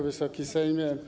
Wysoki Sejmie!